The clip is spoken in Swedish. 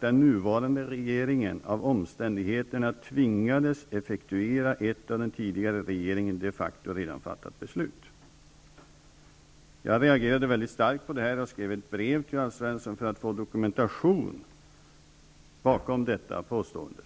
den nuvarande regeringen av omständigheterna tvingades att effektuera ett av den tidigare regeringen de facto redan fattat beslut''. Jag reagerade mycket starkt på det och skrev ett brev till Alf Svensson för att få dokumentation bakom detta påstående.